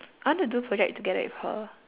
I want to do project together with her